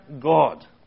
God